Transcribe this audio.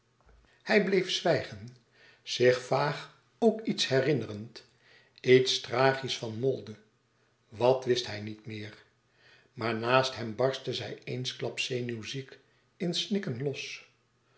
hij bleef zwijgen zich vaag ook iets herinnerend iets tragisch van molde wat wist hij niet meer maar naast hem barstte zij eensklaps zenuwziek in snikken los